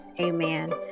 Amen